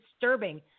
disturbing